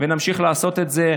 ונמשיך לעשות את זה.